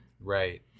Right